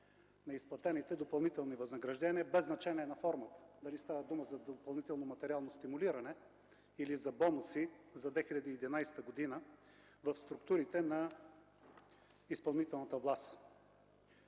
на изплатените допълнителни възнаграждения без значение на формата – дали става дума за допълнително материално стимулиране, или за бонуси за 2011 г. в структурите на изпълнителната власт.